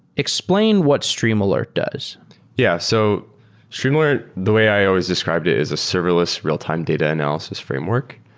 explain what streamalert does yeah. so streamalert, the way i always described it is a serverless real-time data analysis framework,